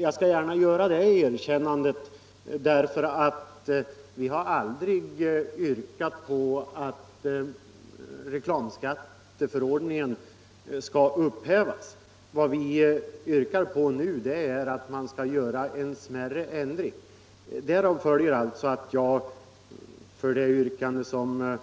Jag skall gärna göra det erkännandet därför att vi aldrig yrkat på att reklamskatteförordningen skall upphävas. Vad vi yrkar på nu är en smärre ändring. Därav följer alltså att jag inte har särskilt mycket till övers för det yrkande som